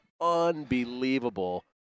unbelievable